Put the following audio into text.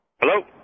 Hello